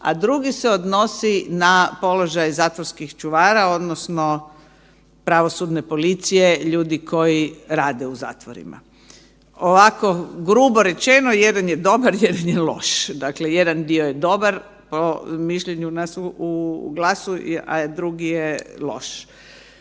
a drugi se odnosi na položaj zatvorskih čuvara odnosno pravosudne policije, ljudi koji rade u zatvorima. Ovako grubo rečeno, jedan je dobar, jedan je loš, dakle jedan dio je dobar po mišljenju nas u GLAS-u, a drugi je loš.